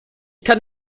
kann